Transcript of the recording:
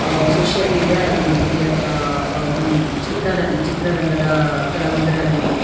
social media ಆಗಿರಲಿ ಅಥವಾ ಚಿತ್ರರಂಗ ಚಿತ್ರರಂಗದ ಕಲಾವಿದರಾಗಿರಲಿ